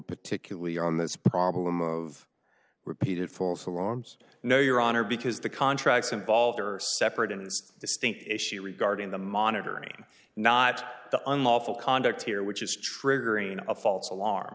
particularly on this problem of repeated false alarms no your honor because the contracts involved there are separate and as distinct issue regarding the monitoring not the unlawful conduct here which is triggering a false alarm